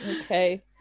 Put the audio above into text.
Okay